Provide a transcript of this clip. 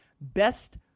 best